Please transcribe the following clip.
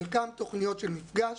חלקן תוכניות של מפגש,